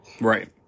Right